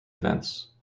events